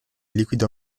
liquido